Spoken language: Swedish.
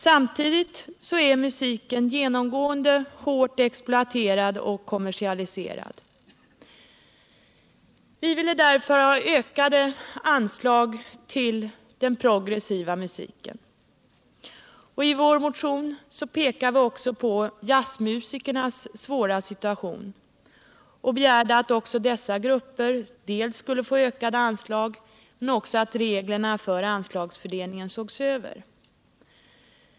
Samtidigt är musiken genomgående hårt cexploaterad och kommersialiserad. Vi ville därför ha ökade anslag till den progressiva musiken. I vår motion har vi också pekat på jazzmusikernas svåra situation och begärt dels att även dessa grupper skulle få ökade anslag, dels att reglerna för anslagsfördelningen skulle ses över.